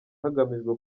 hagamijwe